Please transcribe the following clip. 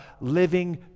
living